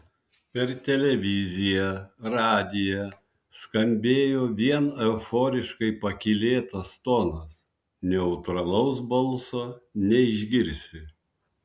per televiziją radiją skambėjo vien euforiškai pakylėtas tonas neutralaus balso neišgirsi